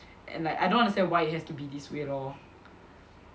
and like I don't understand why it has to be this weird orh